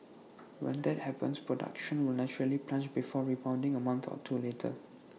when that happens production will naturally plunge before rebounding A month or two later